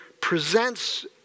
presents